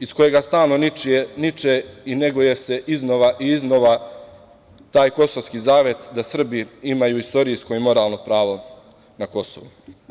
iz kojega stalno niče i neguje se iznova i iznova taj kosovski zavet da Srbi imaju istorijsko i moralno pravo na Kosovu.